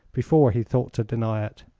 before he thought to deny it.